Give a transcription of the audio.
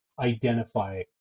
identify